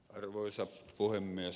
arvoisa puhemies